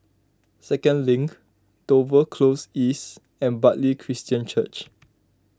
Second Link Dover Close East and Bartley Christian Church